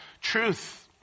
truth